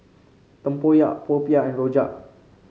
tempoyak popiah and rojak